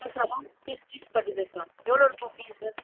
பேசலாமா fees fees பற்றி பேசலாம் எவ்வளோ இருக்கும் ஃபீஸ்ஸு